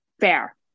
Fair